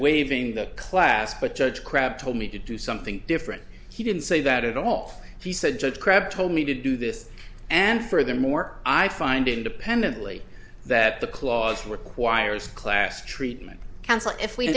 waiving the class but judge crabb told me to do something different he didn't say that at all he said judge crabb told me to do this and furthermore i find independently that the clause requires class treatment counsel if we